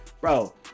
Bro